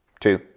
two